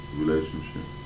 relationship